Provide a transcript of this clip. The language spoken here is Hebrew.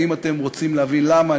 ואם אתם רוצים להבין למה,